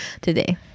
today